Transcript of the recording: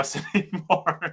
anymore